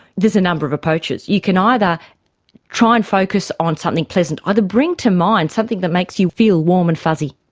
there's a number of approaches. you can either try and focus on something pleasant, either bring to mind something that makes you feel warm and fuzzy,